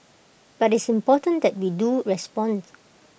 but it's important that we do respond